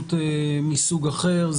התייחסות מסוג אחר.